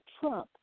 Trump